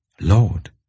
Lord